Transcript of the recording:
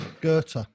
Goethe